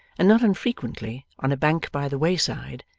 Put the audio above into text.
and not unfrequently, on a bank by the way-side,